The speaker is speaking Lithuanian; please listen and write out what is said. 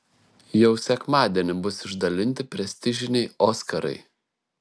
jau sekmadienį bus išdalinti prestižiniai oskarai